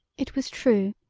it was true.